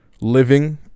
living